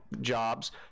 jobs